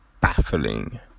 baffling